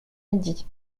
midi